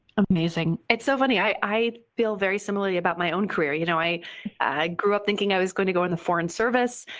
amazing. it's so funny. i feel very similarly about my own career. you know i i grew up thinking i was going to go in the foreign service.